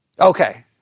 Okay